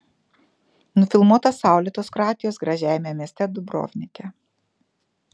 nufilmuota saulėtos kroatijos gražiajame mieste dubrovnike